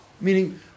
Meaning